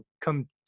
come